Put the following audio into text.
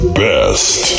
best